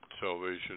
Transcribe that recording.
salvation